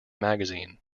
magazine